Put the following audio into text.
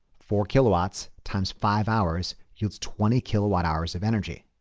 four kilowatts times five hours yields twenty kilowatt hours of energy.